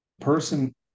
person